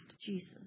Jesus